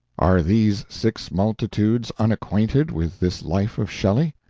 are these six multitudes unacquainted with this life of shelley?